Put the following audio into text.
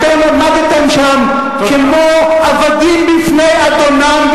אתם עמדתם שם כמו עבדים בפני אדונם,